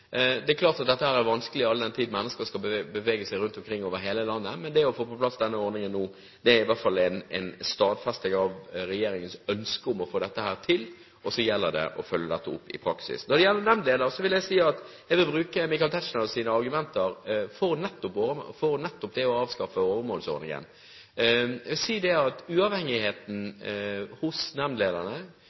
er klart at dette er vanskelig, all den tid mennesker skal bevege seg rundt i hele landet, men det å få på plass denne ordningen er i hvert fall en stadfesting av regjeringens ønske om å få dette til. Og så gjelder det å følge dette opp i praksis. Når det gjelder nemndledere, vil jeg si at jeg vil bruke Michael Tetzschners argumenter for nettopp å avskaffe åremålsordningen. Jeg vil si at uavhengigheten hos nemndlederne